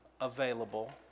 available